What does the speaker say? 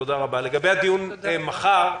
לגבי הדיון מחר,